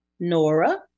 Nora